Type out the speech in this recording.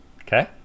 Okay